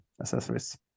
accessories